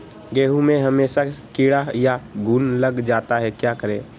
गेंहू में हमेसा कीड़ा या घुन लग जाता है क्या करें?